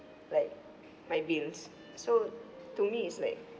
like my bills so to me is like